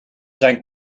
zijn